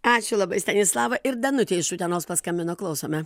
ačiū labai stanislava ir danutė iš utenos paskambino klausome